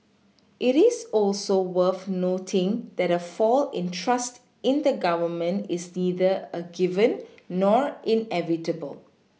it is also worth noting that a fall in trust in the Government is neither a given nor inevitable